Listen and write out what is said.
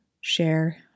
share